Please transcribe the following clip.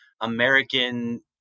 American